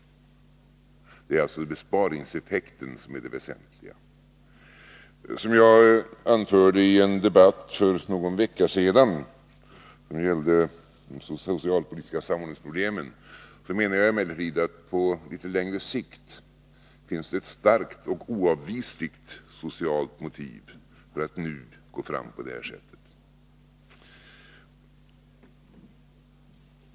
Det är alltså besparingseffekten som är det väsentliga. Såsom jag anförde i en debatt för någon vecka sedan, som gällde de socialpolitiska samhällsproblemen, menar jag emellertid att det på litet längre sikt finns ett starkt och oavvisligt socialt motiv för att nu gå fram på detta sätt.